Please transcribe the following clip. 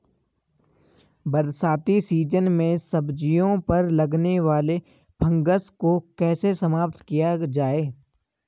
बरसाती सीजन में सब्जियों पर लगने वाले फंगस को कैसे समाप्त किया जाए?